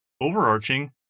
overarching